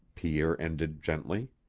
pierre ended gently.